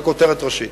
זה כותרת ראשית.